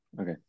Okay